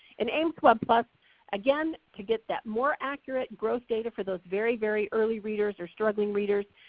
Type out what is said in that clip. in aimswebplus again to get that more accurate growth data for those very very early readers or struggling readers,